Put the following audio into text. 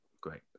Great